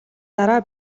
дараа